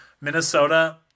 Minnesota